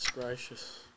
gracious